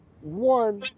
One